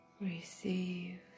receive